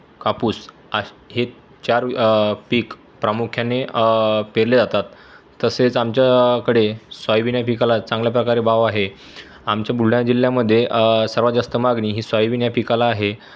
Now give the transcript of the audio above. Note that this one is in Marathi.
कापूस असे हे चार वी पीक प्रामुख्याने पेरले जातात तसेच आमच्या कडे साॅयबीन या पिकाला चांगल्या प्रकारे बाव आहे आमच्या बुलढाणा जिल्ह्यामध्ये सर्वात जास्त मागणी ही सोयाबीन या पिकाला आहे